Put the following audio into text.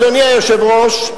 אדוני היושב-ראש,